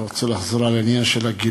אני לא רוצה לחזור על העניין של הגילים,